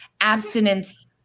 abstinence